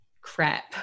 crap